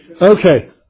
Okay